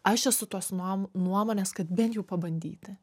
aš esu tos nuom nuomonės kad bent jau pabandyti